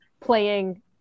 playing